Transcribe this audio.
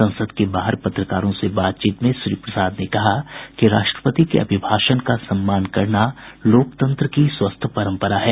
संसद के बाहर पत्रकारों से बातचीत में श्री प्रसाद ने कहा कि राष्ट्रपति के अभिभाषण का सम्मान करना लोकतंत्र की स्वस्थ परम्परा है